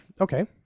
Okay